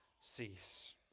cease